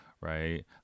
right